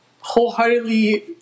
wholeheartedly